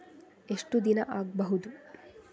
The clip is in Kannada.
ಎಷ್ಟು ದಿನ ಆಗ್ಬಹುದು?